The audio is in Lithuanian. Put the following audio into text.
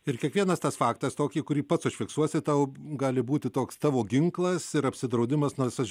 ir kiekvienas tas faktas tokį kurį pats užfiksuosi tau gali būti toks tavo ginklas ir apsidraudimas nors aš